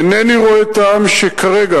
אינני רואה טעם שכרגע,